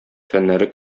фәннәре